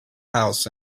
house